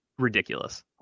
ridiculous